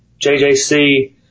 JJC